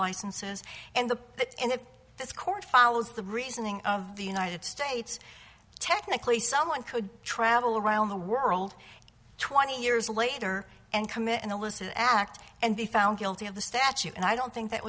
licenses and the put in of this court follows the reasoning of the united states technically someone could travel around the world twenty years later and commit an illicit act and they found guilty of the statute and i don't think that